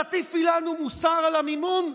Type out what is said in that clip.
תטיפי לנו מוסר על המימון?